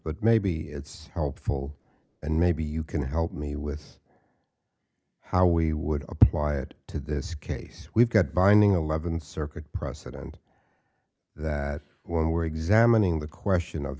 but maybe it's helpful and maybe you can help me with how we would apply it to this case we've got binding eleventh circuit precedent that when we're examining the question of